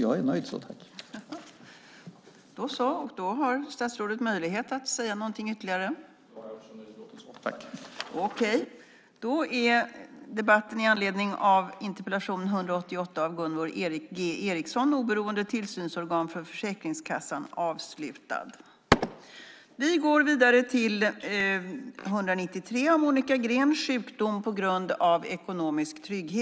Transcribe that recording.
Jag är nöjd så.